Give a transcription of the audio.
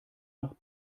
nach